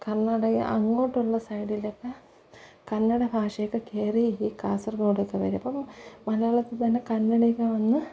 കർണാടക അങ്ങോട്ടുള്ള സൈഡിലൊക്കെ കന്നഡ ഭാഷ ഒക്കെ കയറി ഈ കാസർഗോഡ് ഒക്കെ വരും അപ്പം മലയാളത്തിൽ തന്നെ കന്നഡ ഒക്കെ വന്ന്